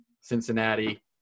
Cincinnati